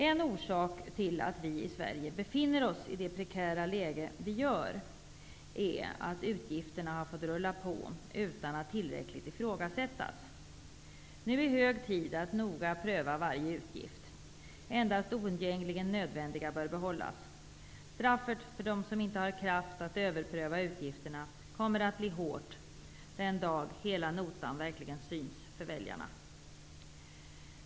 En orsak till att vi i Sverige befinner oss i ett så prekärt läge är att utgifterna har fått rulla på utan att tillräckligt ifrågasättas. Nu är det hög tid att noga pröva varje utgift. Endast oundgängligen nödvändiga utgifter bör behållas. Straffet för dem som inte har kraft att överpröva utgifterna kommer att bli hårt den dag hela notan verkligen syns för väljarna.